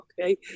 okay